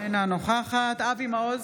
אינה נוכחת אבי מעוז,